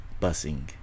busing